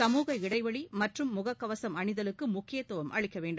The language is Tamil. சமுக இடைவெளி முகக் கவசம் அணிதலுக்கு முக்கியத்துவம் அளிக்க வேண்டும்